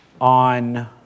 on